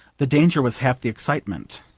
the danger was half the excitement.